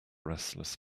restless